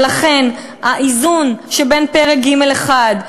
ולכן האיזון בין פרק ג'1,